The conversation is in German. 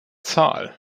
zahl